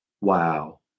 Wow